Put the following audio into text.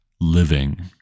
living